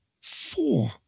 four